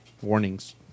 Warnings